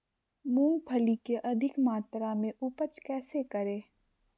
मूंगफली के अधिक मात्रा मे उपज कैसे करें?